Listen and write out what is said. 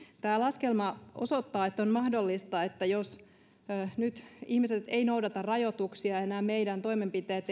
tämä laskelma osoittaa että on mahdollista että jos nyt ihmiset eivät noudata rajoituksia ja nämä meidän toimenpiteet